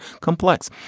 complex